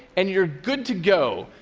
and you're good to go.